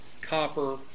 copper